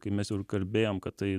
kai mes jau ir kalbėjom kad tai